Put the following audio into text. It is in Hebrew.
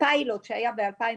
הפיילוט שהיה ב-2011,